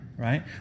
Right